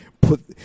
put